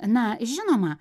na žinoma